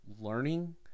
learning